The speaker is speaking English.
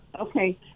okay